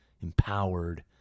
empowered